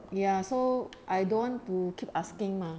ya so I don't want to keep asking mah